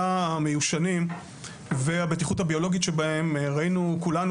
המיושנים והבטיחות הביולוגית בהם כולנו ראינו.